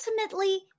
ultimately